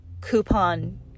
Coupon